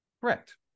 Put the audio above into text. Correct